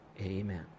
amen